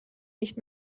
nicht